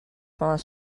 pendant